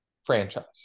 franchise